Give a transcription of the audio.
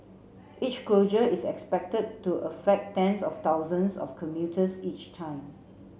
each closure is expected to affect tens of thousands of commuters each time